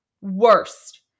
Worst